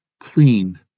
clean